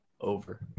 Over